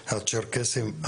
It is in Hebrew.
הצ'רקסיים,